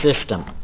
system